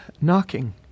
knocking